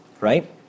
right